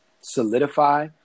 solidify